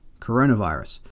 Coronavirus